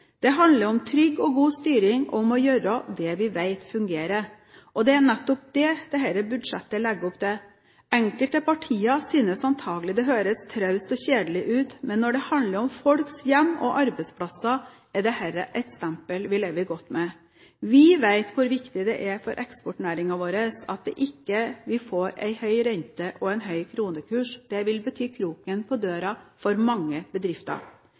Det handler om trygg og god styring, og om å gjøre det vi vet fungerer. Det er nettopp det dette budsjettet legger opp til. Enkelte partier synes antakelig det høres traust og kjedelig ut, men når det handler om folks hjem og arbeidsplasser, er dette et stempel vi lever godt med. Vi vet hvor viktig det er for eksportnæringen vår at vi ikke får en høy rente og en høy kronekurs. Det vil bety kroken på døra for mange bedrifter.